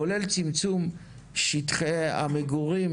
כולל צמצום שטחי המגורים,